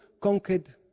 conquered